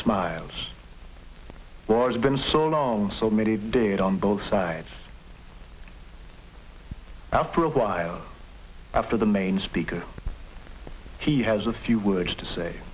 smiles was been so known so many days on both sides after a while after the main speaker he has a few words to say